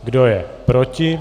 Kdo je proti?